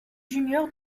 junior